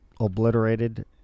obliterated